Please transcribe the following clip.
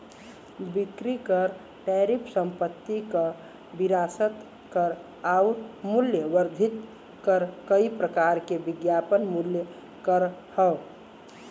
बिक्री कर टैरिफ संपत्ति कर विरासत कर आउर मूल्य वर्धित कर कई प्रकार के विज्ञापन मूल्य कर हौ